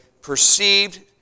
perceived